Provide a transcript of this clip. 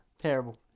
Terrible